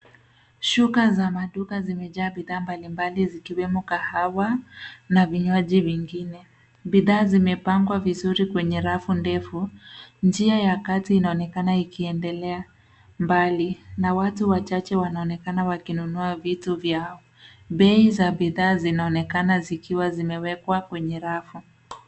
Shuka za maduka zimejaa bidhaa mbalimbali zikiwemo kahawa na vinywaji vingine. Bidhaa zimepangwa vizuri kwenye rafu ndefu. Njia ya kazi inaonekana ikiendelea mbali na watu wachache wanaonekana wakinunua vitu vyao. Bei za bidhaa zinaonekana zikiwa zimewekwa kwenye rafu.